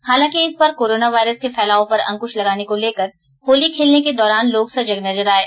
हालांकि इस बार कोरोना वायरस के फैलाव पर अंकृश लगाने को लेकर होली खेलने के दौरान लोग सजग नजर आये